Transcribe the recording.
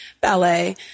Ballet